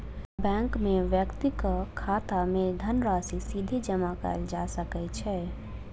bank मे व्यक्तिक खाता मे धनराशि सीधे जमा कयल जा सकै छै